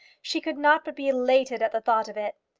she could not but be elated at the thought of it.